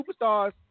superstars